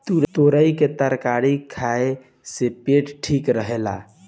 तुरई के तरकारी खाए से पेट ठीक रहेला